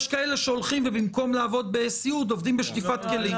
כאלה שבמקום לעבוד בסיעוד עובדים בשטיפת כלים.